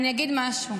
אני אגיד משהו.